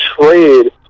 trade